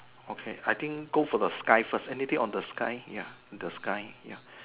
okay I think go for the sky first anything on the sky ya the sky ya